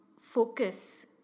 focus